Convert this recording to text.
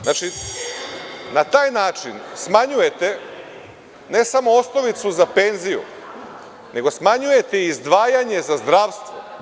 Znači, na taj način smanjujete ne samo osnovicu za penziju, nego smanjujete i izdvajanje za zdravstvo.